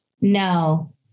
No